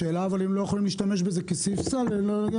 אבל השאלה היא אם הם לא יכולים להשתמש בזה כסעיף סל ולהגיד: